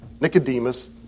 Nicodemus